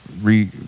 re-